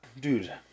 Dude